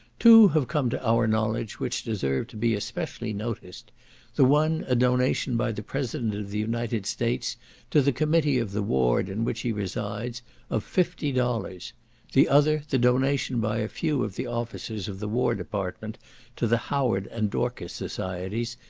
two have come to our knowledge which deserve to be especially noticed the one a donation by the president of the united states to the committee of the ward in which he resides of fifty dollars the other the donation by a few of the officers of the war department to the howard and dorcas societies,